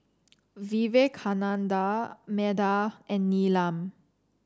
Vivekananda Medha and Neelam